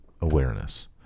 awareness